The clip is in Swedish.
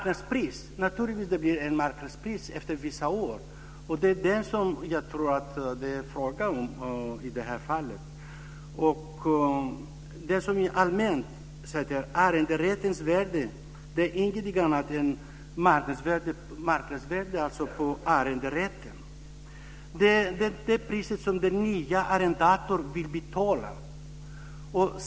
Naturligtvis blir det ett marknadspris efter visst antal år. Det är det som jag tror att det är fråga om i det här fallet. Arrenderättens värde är inget annat än marknadsvärdet på arrenderätten, det pris som den nya arrendatorn vill betala.